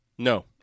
No